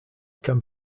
can